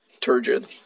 turgid